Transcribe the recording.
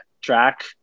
track